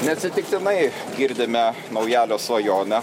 neatsitiktinai girdime naujalio svajonę